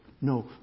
No